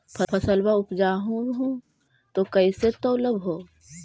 फसलबा उपजाऊ हू तो कैसे तौउलब हो?